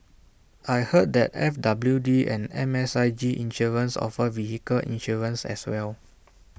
I heard that F W D and M S I G insurance offer vehicle insurance as well